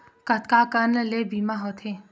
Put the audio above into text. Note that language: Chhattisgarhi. कतका कन ले बीमा होथे?